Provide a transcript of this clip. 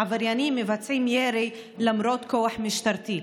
עבריינים מבצעים ירי למרות כוח משטרתי.